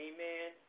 Amen